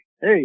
Hey